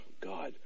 God